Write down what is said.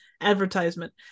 advertisement